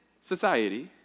society